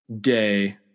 day